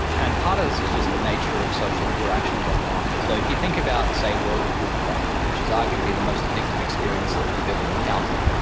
and part of this is just the nature of social interactions online. so if you think about, say, world of warcraft, which is arguably the most addictive experience that we've ever encountered.